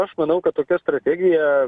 aš manau kad tokia strategija